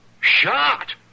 Shot